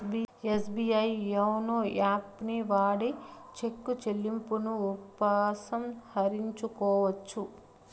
SBI YONO యాపుని వాడి చెక్కు చెల్లింపును ఉపసంహరించుకోవచ్చు